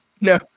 No